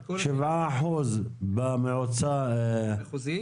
7% במועצה המחוזית?